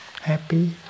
happy